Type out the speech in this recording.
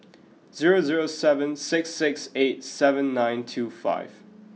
zero zero seven six six eight seven nine two five